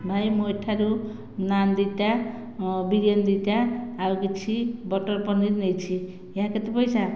ଭାଇ ମୁଁ ଏଠାରୁ ନାନ୍ ଦୁଇଟା ବିରିୟାନି ଦୁଇଟା ଆଉ କିଛି ବଟର ପନିର୍ ନେଇଛି ଏହା କେତେ ପଇସା